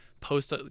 post